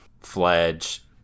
Fledge